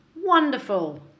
Wonderful